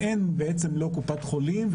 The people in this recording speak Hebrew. ואין בעצם לא קופת חולים,